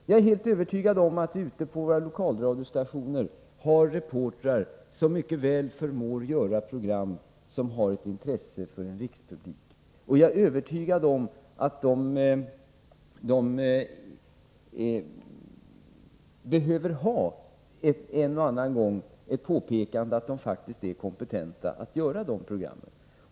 Jag är helt övertygad om att vi ute på våra lokalradiostationer har reportrar som mycket väl förmår att göra program som har ett intresse för en rikspublik. Vidare är jag övertygad om att de en och annan gång behöver ha ett påpekande om att de faktiskt är kompetenta att göra dessa program.